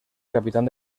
capitán